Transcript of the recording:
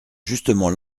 justement